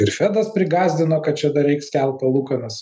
ir fedas prigąsdino kad čia dar reiks kelt palūkanas